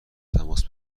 تماس